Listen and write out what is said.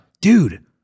Dude